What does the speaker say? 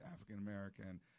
African-American